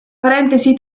parentesi